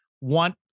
want